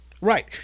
Right